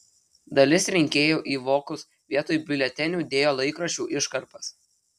dalis rinkėjų į vokus vietoj biuletenių dėjo laikraščių iškarpas